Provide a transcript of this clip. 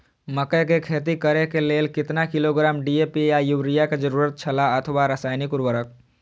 मकैय के खेती करे के लेल केतना किलोग्राम डी.ए.पी या युरिया के जरूरत छला अथवा रसायनिक उर्वरक?